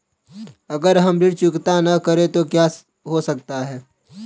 अगर हम ऋण चुकता न करें तो क्या हो सकता है?